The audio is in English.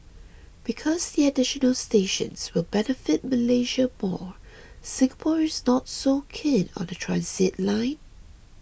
because the additional stations will benefit Malaysia more Singapore is not so keen on the transit line